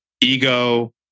ego